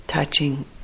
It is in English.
Touching